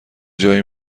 جایی